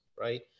right